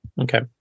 Okay